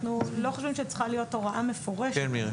אנחנו לא חושבים שצריכה להיות הוראה מפורשת.